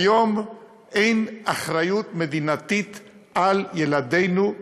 כיום אין אחריות מדינתית לילדינו,